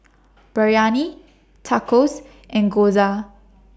Biryani Tacos and Gyoza